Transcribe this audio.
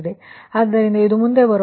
ಆದ್ದರಿಂದ ಇದು ಮುಂದೆ ಬರುವ Q32 ವು 48